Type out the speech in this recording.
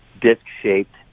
disc-shaped